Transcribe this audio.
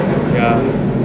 yeah